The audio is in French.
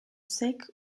secs